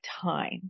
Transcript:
time